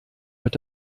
wird